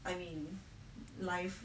I mean life